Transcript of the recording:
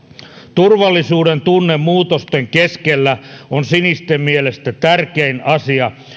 turvallisuudentunne muutosten keskellä on sinisten mielestä tärkein asia